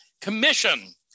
commission